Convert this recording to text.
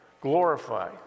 Glorify